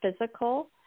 physical